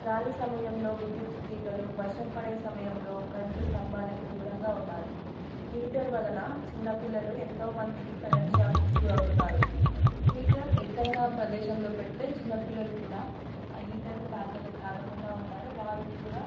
గాలి సమయంలో విద్యుత్ తీగలు వర్షం పడే సమయంలో కరెంటు స్తంభాలకి దూరంగా ఉండాలి హీటర్ వలన చిన్నపిల్లలు ఎంతోమందికి కరెంట్ షాక్ గురవుతున్నారు హీటర్ ఎత్తైన ప్రదేశంలో పెడితే చిన్న పిల్లలు కూడా ఆ హీటర్ని తాకలే తాకకుండా ఉంటారు వారికి కూడా